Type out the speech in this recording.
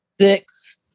six